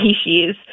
species